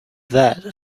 that